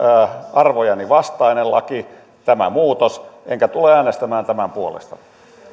arvojeni vastainen laki tämä muutos enkä tule äänestämään tämän puolesta